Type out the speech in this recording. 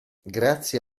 grazie